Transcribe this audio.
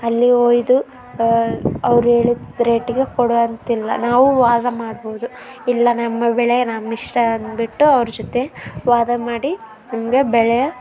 ಅಲ್ಲಿ ಒಯ್ದು ಅವರು ಹೇಳಿದ ರೇಟಿಗೆ ಕೊಡುವಂತಿಲ್ಲ ನಾವು ವಾದ ಮಾಡ್ಬೋದು ಇಲ್ಲ ನಮ್ಮ ಬೆಳೆ ನಮ್ಮಿಷ್ಟ ಅಂದುಬಿಟ್ಟು ಅವ್ರ ಜೊತೆ ವಾದ ಮಾಡಿ ಹಾಗೇ ಬೆಳೆಯ